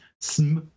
Sm